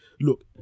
look